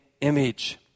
image